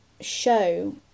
show